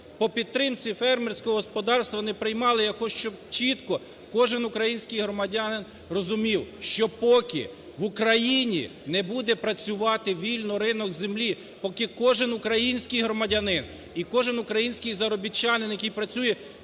по підтримці фермерського господарства не приймали, я хочу, щоб чітко кожен український громадянин розумів, що, поки в Україні не буде працювати вільно ринок землі, поки кожен український громадянин і кожен український заробітчанин, який працює